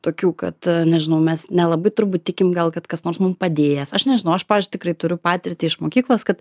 tokių kad nežinau mes nelabai turbūt tikim gal kad kas nors mum padėjęs aš nežinau aš pavyzdžiui tikrai turiu patirtį iš mokyklos kad